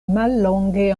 mallonge